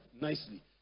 nicely